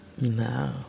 No